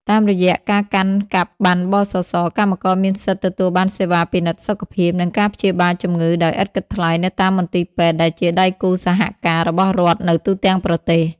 តាមរយៈការកាន់កាប់ប័ណ្ណ ប.ស.ស កម្មករមានសិទ្ធិទទួលបានសេវាពិនិត្យសុខភាព និងការព្យាបាលជំងឺដោយឥតគិតថ្លៃនៅតាមមន្ទីរពេទ្យដែលជាដៃគូសហការរបស់រដ្ឋនៅទូទាំងប្រទេស។